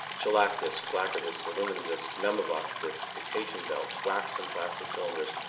shellac discs, lacquer discs, aluminum discs, memovox discs, dictation belts, wax and plastic cylinders,